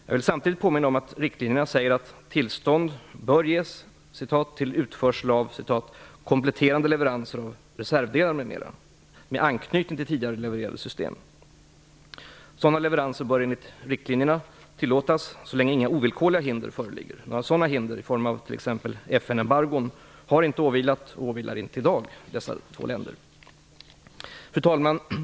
Jag vill samtidigt påminna om att riktlinjerna säger att "tillstånd bör ges till utförsel av" kompletterande leveranser av reservdelar m.m. med anknytning till tidigare levererade system. Sådana leveranser bör enligt riktlinjerna tillåtas så länge inga ovillkorliga hinder föreligger. Några sådana hinder, i form av t.ex. FN-embargon, har inte åvilat och åvilar inte i dag dessa två länder. Fru talman!